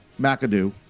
McAdoo